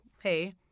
Hey